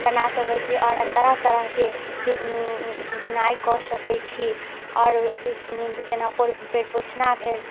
बना सकैत छी आओर तरह तरहके बुनाइ कऽ सकैत छी आओर जेना पैर पोछना भेल